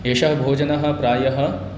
एतत् भोजनं प्रायः